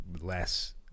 less